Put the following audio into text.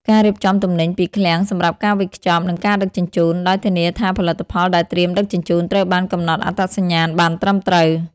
ការរៀបចំទំនិញពីឃ្លាំងសម្រាប់ការវេចខ្ចប់ និងការដឹកជញ្ជូន ដោយធានាថាផលិតផលដែលត្រៀមដឹកជញ្ជូនត្រូវបានកំណត់អត្តសញ្ញាណបានត្រឹមត្រូវ។